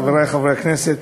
חברי חברי הכנסת,